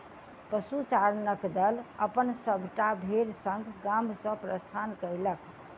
पशुचारणक दल अपन सभटा भेड़ संग गाम सॅ प्रस्थान कएलक